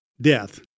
death